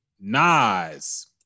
Nas